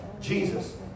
Jesus